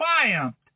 triumphed